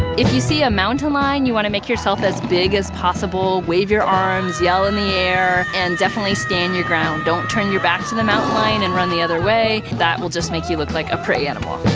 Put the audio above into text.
if you see a mountain lion, you want to make yourself as big as possible, wave your arms, yell in the air, and definitely stand your ground. don't turn your back to the mountain lion and run the other way that will just make you look like a prey animal.